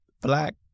black